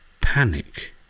Panic